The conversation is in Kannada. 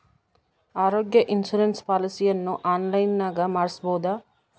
ಆರೋಗ್ಯ ಇನ್ಸುರೆನ್ಸ್ ಪಾಲಿಸಿಯನ್ನು ಆನ್ಲೈನಿನಾಗ ಮಾಡಿಸ್ಬೋದ?